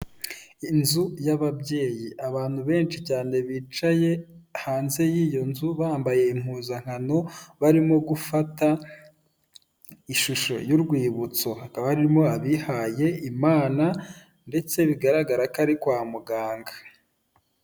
Inzu y'ababyeyi abantu benshi cyane bicaye hanze y'iyo nzu bambaye impuzankano barimo gufata ishusho y'urwibutso hakaba harimo abihaye imana ndetse bigaragara ko ari kwa muganga .